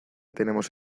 tenemos